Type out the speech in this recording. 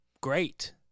Great